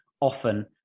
often